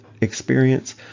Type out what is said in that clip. experience